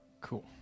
Cool